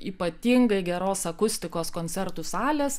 ypatingai geros akustikos koncertų salės